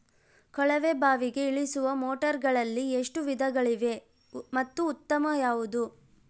ಕೊಳವೆ ಬಾವಿಗೆ ಇಳಿಸುವ ಮೋಟಾರುಗಳಲ್ಲಿ ಎಷ್ಟು ವಿಧಗಳಿವೆ ಮತ್ತು ಉತ್ತಮ ಯಾವುದು?